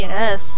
Yes